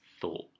thought